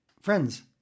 Friends